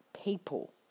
People